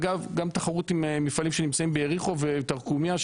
ואגב גם תחרות עם מפעלים שנמצאים ביריחו ותורקומיה,